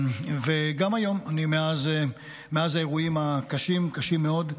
וגם היום, מאז האירועים הקשים, קשים מאוד,